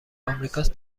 آمریکاست